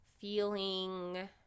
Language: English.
feeling